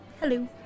Hello